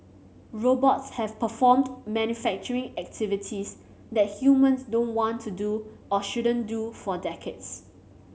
robots have performed manufacturing activities that humans don't want to do or shouldn't do for decades